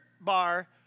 bar